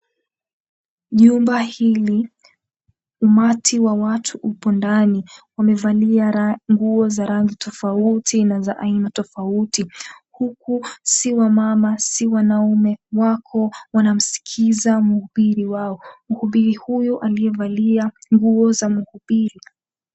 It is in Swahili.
Jumba hili umati wa watu upo ndani wamevalia nguo za rangi tofauti na za aina tofauti huku si wamama si wanaume wako wanamsikiza mhubiri wao, mhubiri amevalia nguo za mhubiri.